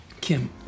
Kim